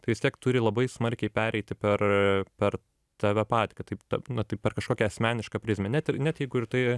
tai vis tiek turi labai smarkiai pereiti per per tave patį kad taip ta na taip per kažkokią asmenišką prizmę net ir net jeigu ir tai